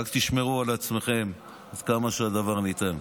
רק תשמרו על עצמכם עד כמה שהדבר ניתן.